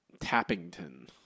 Tappington